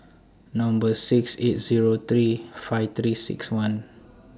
Number six eight Zero three five three six one